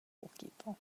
poquito